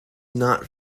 not